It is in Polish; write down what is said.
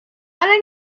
ale